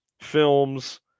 films